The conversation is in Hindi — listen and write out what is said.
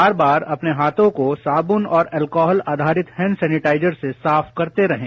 बार बार अपने हाथों को साबुन और एल्कोहल आधारित हैंड सैनेटाइजर से साफ करते रहें